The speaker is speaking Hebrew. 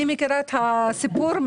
אני מכירה את הסיפור מבפנים.